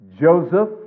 Joseph